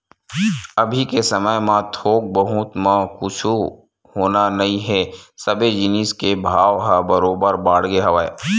अभी के समे म थोक बहुत म कुछु होना नइ हे सबे जिनिस के भाव ह बरोबर बाड़गे हवय